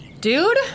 Dude